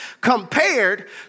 compared